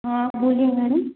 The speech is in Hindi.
हाँ बोलिए मैडम